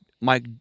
Mike